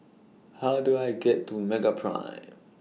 How Do I get to Meraprime